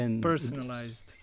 Personalized